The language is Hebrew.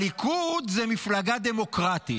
הליכוד זו מפלגה דמוקרטית.